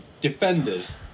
defenders